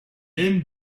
aime